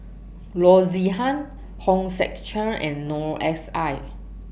Loo Zihan Hong Sek Chern and Noor S I